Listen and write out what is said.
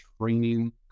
training